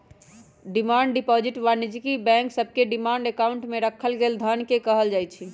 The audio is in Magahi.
डिमांड डिपॉजिट वाणिज्यिक बैंक सभके डिमांड अकाउंट में राखल गेल धन के कहल जाइ छै